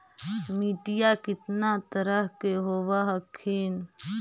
मिट्टीया कितना तरह के होब हखिन?